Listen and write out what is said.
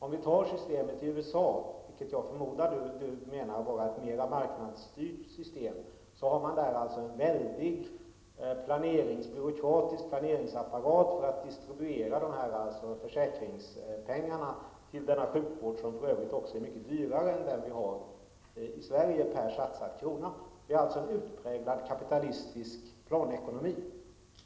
I USA, där man -- vilket jag förmodar att Johan Brohult anser -- har ett mer marknadsstyrt system, har man en väldig byråkratisk planapparat för att kunna distribuera försäkringspengarna till den sjukvård, som för övrigt är mycket dyrare än den sjukvård vi har i Sverige per satsad krona. Detta är alltså en utpräglad kapitalistisk planekonomi.